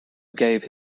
gave